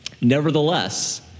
Nevertheless